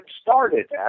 started